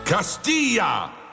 Castilla